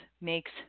makes